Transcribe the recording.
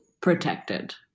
protected